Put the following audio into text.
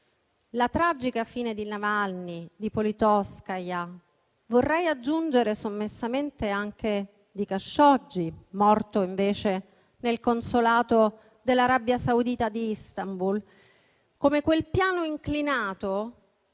la tragica fine di Navalny, di Politkovskaja e - vorrei aggiungere sommessamente - di Khashoggi, morto invece nel consolato dell'Arabia Saudita di Istanbul, come quel piano inclinato